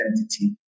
entity